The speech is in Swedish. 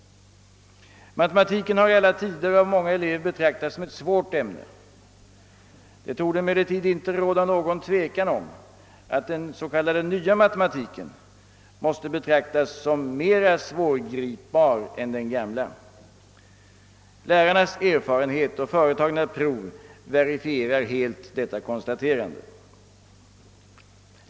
Matematiken har i alla tider av många elever betraktats som ett svårt ämne, och det torde inte råda något tvivel om att den s.k. nya matematiken måste betecknas som ännu mera svårgripbar än den gamla. Lärarnas erfarenheter och företagna prov verifierar detta konstaterande.